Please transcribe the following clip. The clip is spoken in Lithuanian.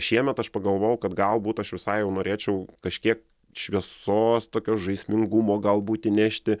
šiemet aš pagalvojau kad galbūt aš visai jau norėčiau kažkiek šviesos tokios žaismingumo galbūt įnešti